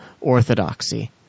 orthodoxy